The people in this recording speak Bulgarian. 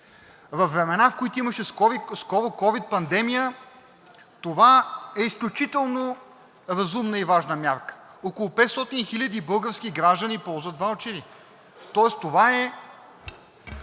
времена, в които имаше ковид пандемия, това е изключително разумна и важна мярка, около 500 хиляди български граждани ползват ваучери, тоест това е